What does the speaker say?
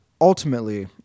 Ultimately